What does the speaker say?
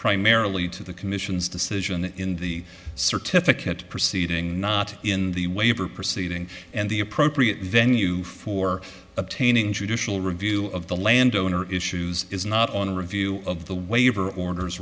primarily to the commission's decision in the certificate proceeding not in the waiver proceeding and the appropriate venue for obtaining judicial review of the landowner issues is not on a review of the waiver orders